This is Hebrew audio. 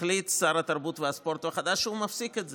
החליט שר התרבות והספורט החדש שהוא מפסיק את זה.